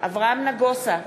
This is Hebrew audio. אברהם נגוסה,